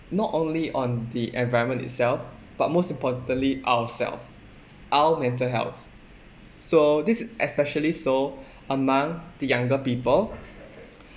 not only on the environment itself but most importantly ourself our mental health so this is especially so among the younger people